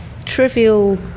Trivial